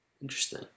interesting